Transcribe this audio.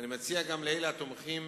אני מציע גם לאלה התומכים